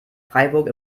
freiburg